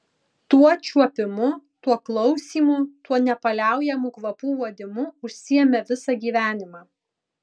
tuo čiuopimu tuo klausymu tuo nepaliaujamu kvapų uodimu užsiėmė visą gyvenimą